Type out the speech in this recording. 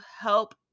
help